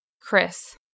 Chris